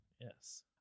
Yes